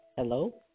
Hello